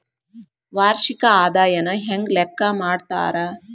ವಾರ್ಷಿಕ ಆದಾಯನ ಹೆಂಗ ಲೆಕ್ಕಾ ಮಾಡ್ತಾರಾ?